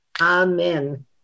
amen